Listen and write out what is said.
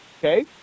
Okay